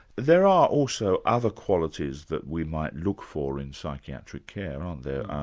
there are also other qualities that we might look for in psychiatric care, aren't there?